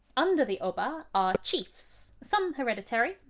under the oba are chiefs, some hereditary,